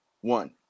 One